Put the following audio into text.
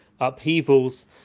upheavals